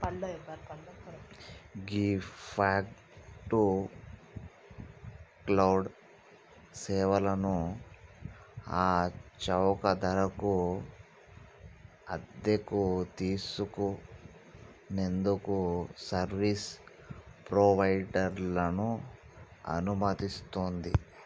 ghee fog to cloud సేవలను ఆ చౌక ధరకు అద్దెకు తీసుకు నేందుకు సర్వీస్ ప్రొవైడర్లను అనుమతిస్తుంది